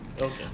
okay